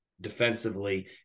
defensively